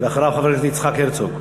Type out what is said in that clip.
ואחריו, חבר הכנסת יצחק הרצוג.